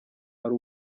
ari